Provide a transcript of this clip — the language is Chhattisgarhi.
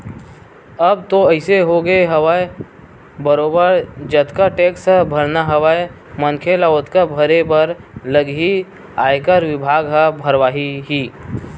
अब तो अइसे होगे हवय बरोबर जतका टेक्स भरना हवय मनखे ल ओतका भरे बर लगही ही आयकर बिभाग ह भरवाही ही